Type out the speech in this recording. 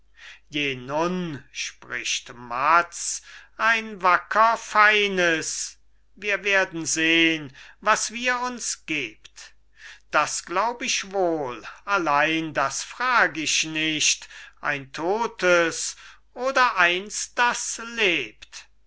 spricht matz ein wacker feines wir werden sehn was ihr uns gebt das glaub ich wohl allein das frag ich nicht ein totes oder eins das lebt